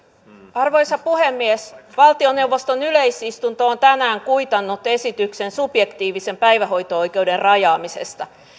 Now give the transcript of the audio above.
arvoisa puhemies valtioneuvoston yleisistunto on tänään kuitannut esityksen subjektiivisen päivähoito oikeuden rajaamisesta